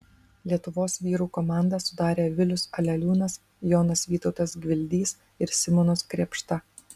lietuvos vyrų komandą sudarė vilius aleliūnas jonas vytautas gvildys ir simonas krėpšta